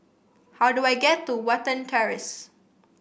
how do I get to Watten Terrace